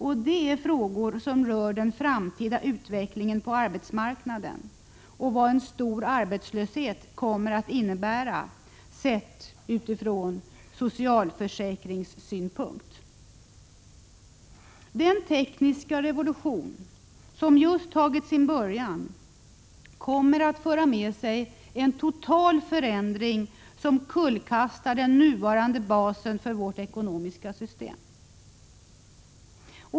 Jag kommer här in på frågor som rör den framtida utvecklingen på arbetsmarknaden och konsekvenserna av en stor arbetslöshet, sett utifrån socialförsäkringssynpunkt. Den tekniska revolution som just tagit sin början kommer att föra med sig en total förändring, som kullkastar den nuvarande basen för vårt ekonomiska system.